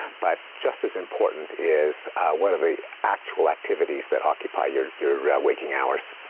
but just as important is what are the actual activities that occupy your your waking hours?